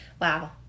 wow